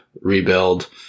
rebuild